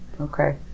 Okay